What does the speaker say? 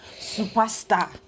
superstar